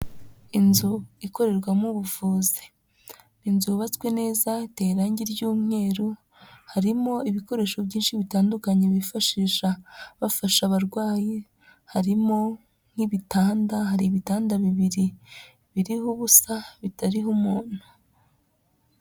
Inzu ikorerwamo ubuvuzi, ni inzu yubatswe neza iteye irangi ry'umweru, harimo ibikoresho byinshi bitandukanye bifashisha bafasha abarwayi, harimo nk'ibitanda, hari ibitanda bibiri biriho ubusa bitariho umuntu.